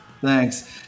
thanks